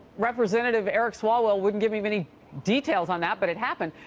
representative eric swalwell wouldn't give any details on that, but it happened.